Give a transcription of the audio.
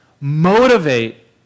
motivate